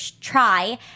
try